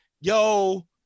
yo